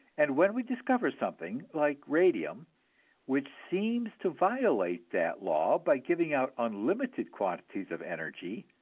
and when we discover something like radium which seems to violate that law by giving out unlimited quantities of energy,